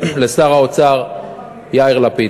לשר האוצר יאיר לפיד.